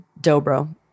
dobro